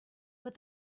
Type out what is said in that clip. but